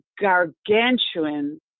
gargantuan